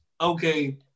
Okay